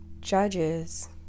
judges